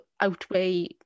outweigh